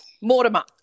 Mortimer